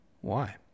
Why